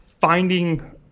finding